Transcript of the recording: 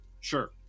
Sure